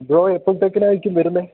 bro എപ്പോഴത്തേക്കിനായിരിക്കും വരുന്നത്